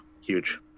huge